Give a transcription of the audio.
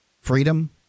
freedom